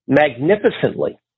magnificently